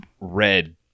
red